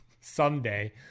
someday